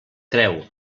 creu